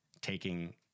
taking